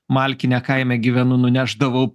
malkinę kaime gyvenu nunešdavau